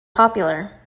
popular